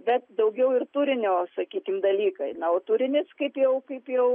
bet daugiau ir turinio sakykim dalykai na o turinys kaip jau kaip jau